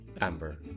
amber